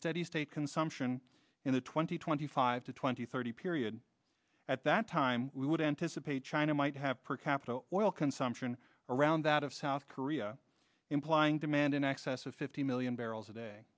steady state consumption in the twenty twenty five to twenty thirty period at that time we would anticipate china might have per capita oil consumption around that of south korea implying demand in excess of fifty million barrels a day